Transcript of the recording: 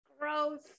gross